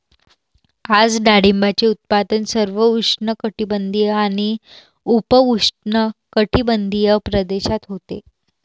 आज डाळिंबाचे उत्पादन सर्व उष्णकटिबंधीय आणि उपउष्णकटिबंधीय प्रदेशात होते